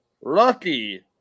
Rocky